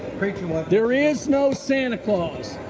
you n there is no santa claus.